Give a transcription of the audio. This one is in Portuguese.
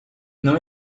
não